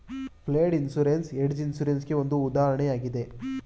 flood insurance hedge insurance ಗೆ ಒಂದು ಉದಾಹರಣೆಯಾಗಿದೆ